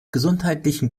gesundheitlichen